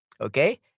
Okay